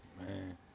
Man